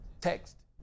text